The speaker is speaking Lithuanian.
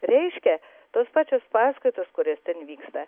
reiškia tos pačios paskaitos kurios ten vyksta